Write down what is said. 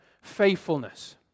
faithfulness